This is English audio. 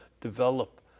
develop